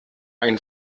ein